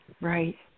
Right